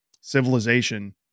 civilization